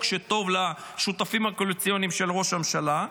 שטוב לשותפים הקואליציוניים של ראש הממשלה,